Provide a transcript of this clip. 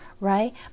right